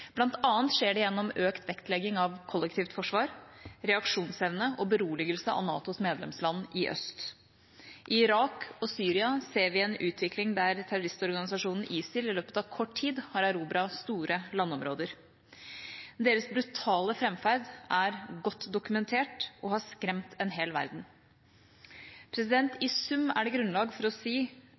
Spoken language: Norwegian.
annet skjer det gjennom økt vektlegging av kollektivt forsvar, reaksjonsevne og beroligelse av NATOs medlemsland i øst. I Irak og Syria ser vi en utvikling der terroristorganisasjonen ISIL i løpet av kort tid har erobret store landområder. Deres brutale framferd er godt dokumentert og har skremt en hel verden. I sum er det grunnlag for å si